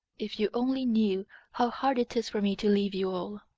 if you only knew how hard it is for me to leave you all.